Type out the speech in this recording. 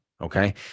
okay